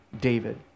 David